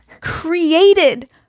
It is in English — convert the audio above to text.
created